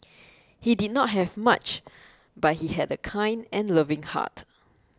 he did not have much but he had a kind and loving heart